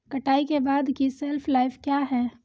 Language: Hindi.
कटाई के बाद की शेल्फ लाइफ क्या है?